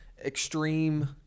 extreme –